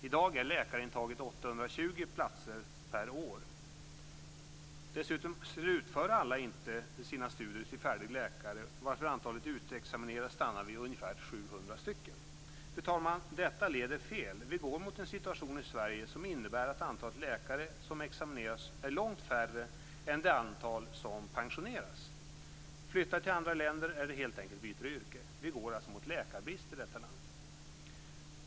I dag är läkarintaget 820 platser per år. Alla slutför som bekant inte heller sina studier till färdig läkare, varför antalet utexaminerade stannar vid ungefär 700. Fru talman! Detta leder fel. Vi går mot en situation i Sverige som innebär att antalet läkare som examineras är långt mindre än det antal som pensioneras, flyttar till andra länder eller helt enkelt byter yrke. Vi går alltså mot läkarbrist i detta land!